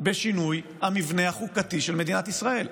בשינוי המבנה החוקתי של מדינת ישראל.